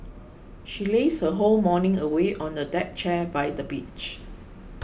she lazed her whole morning away on the deck chair by the beach